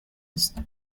است